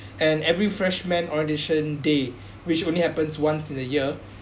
and every freshman audition day which only happens once in a year